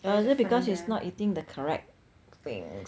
or is it because he's not eating the correct things